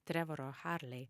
trevoro harlei